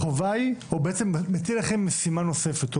או בעצם מטיל עליכם משימה נוספת,